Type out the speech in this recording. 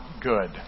good